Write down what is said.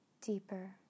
deeper